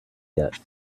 yet